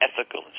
ethical